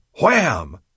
Wham